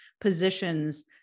positions